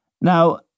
Now